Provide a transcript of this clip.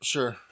Sure